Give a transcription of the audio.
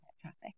traffic